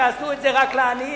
שעשו את זה רק לעניים,